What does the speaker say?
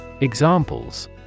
examples